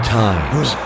times